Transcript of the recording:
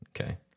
okay